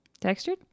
textured